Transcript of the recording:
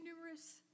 numerous